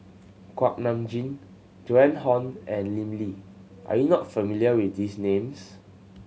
Kuak Nam Jin Joan Hon and Lim Lee are you not familiar with these names